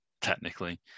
technically